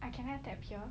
I cannot tap here